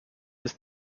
ist